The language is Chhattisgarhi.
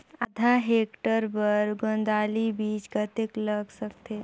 आधा हेक्टेयर बर गोंदली बीच कतेक लाग सकथे?